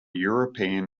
european